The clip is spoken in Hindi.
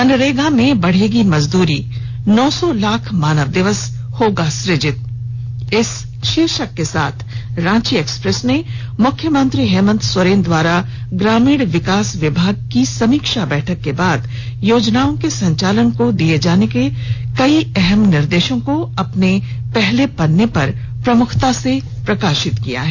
मनरेगा में बढ़ेगी मजदूरी नौ सौ लाख मानव दिवस होगा सृजित शीर्षक के साथ रांची एक्सप्रेस ने मुख्यमंत्री हेमंत सोरेन द्वारा ग्रामीण विकास विभाग की समीक्षा बैठक के बाद योजनाओं के संचालन को दिए गए कई अहम निर्देशों को पहले पन्ने पर प्रमुखता से प्रकाशित किया है